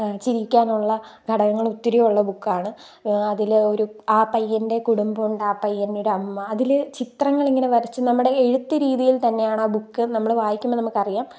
ചിരിക്കാനുള്ള ഘടകങ്ങൾ ഒത്തിരിയുള്ള ബുക്കാണ് അതിൽ ഒരു ആ പയ്യൻ്റെ കുടുംബമുണ്ട് ആ പയ്യന് ഒരമ്മ അതിൽ ചിത്രങ്ങളിങ്ങനെ വരച്ച് നമ്മുടെ എഴുത്ത് രീതിയിൽ തന്നെയാണ് ആ ബുക്ക് നമ്മൾ വായിക്കുമ്പോൾ നമുക്കറിയാം